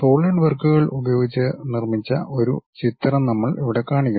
solid വർക്കുകൾ ഉപയോഗിച്ച് നിർമ്മിച്ച ഒരു ചിത്രം നമ്മൾ ഇവിടെ കാണിക്കുന്നു